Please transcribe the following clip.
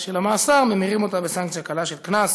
של המאסר וממירים אותה בסנקציה קלה של קנס.